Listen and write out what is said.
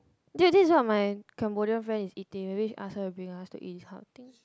dude this is what my Cambodia friend is eating maybe we should ask her to bring us to eat this kind of thing